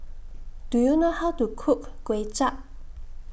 Do YOU know How to Cook Kuay Chap